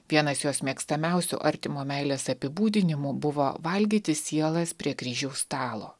vienas jos mėgstamiausių artimo meilės apibūdinimų buvo valgyti sielas prie kryžiaus stalo